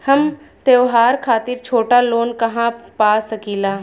हम त्योहार खातिर छोटा लोन कहा पा सकिला?